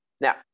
Now